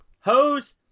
Hose